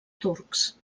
turcs